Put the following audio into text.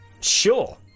Sure